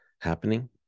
happening